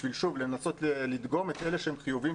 בשביל לנסות שוב לדגום את אלה שהם חיוביים,